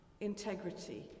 integrity